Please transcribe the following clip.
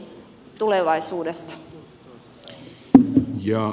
värderade talman